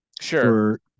Sure